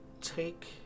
Take